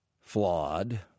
flawed